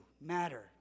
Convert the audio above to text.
matter